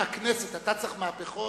הכנסת, אתה צריך מהפכות?